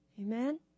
Amen